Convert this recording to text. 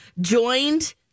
joined